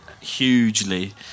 hugely